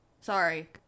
Sorry